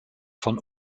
von